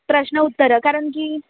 प्रश्न उत्तरं कारण की